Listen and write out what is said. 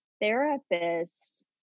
therapist